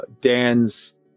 Dan's